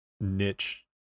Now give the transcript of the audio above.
niche